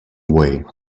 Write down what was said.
way